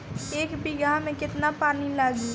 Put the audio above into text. एक बिगहा में केतना पानी लागी?